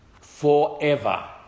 forever